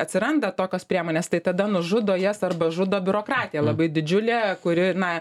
atsiranda tokios priemonės tai tada nužudo jas arba žudo biurokratija labai didžiulė kuri na